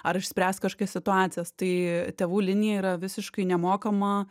ar išspręst kažkokias situacijas tai tėvų linija yra visiškai nemokama